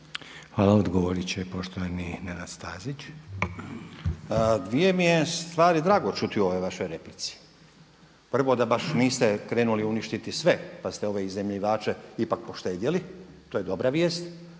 Hvala. Odgovorit će poštovani Nenad Stazić. **Stazić, Nenad (SDP)** Meni je u stvari drago čuti u ovoj vašoj replici. Prvo da baš niste krenuli uništiti sve pa ste ove iznajmljivače ipak poštedjeli, to je dobra vijest.